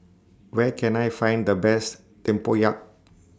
Where Can I Find The Best Tempoyak